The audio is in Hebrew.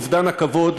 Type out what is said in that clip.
אובדן הכבוד,